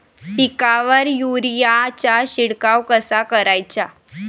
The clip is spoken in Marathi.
पिकावर युरीया चा शिडकाव कसा कराचा?